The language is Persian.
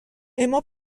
اما